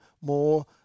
more